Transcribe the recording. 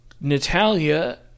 natalia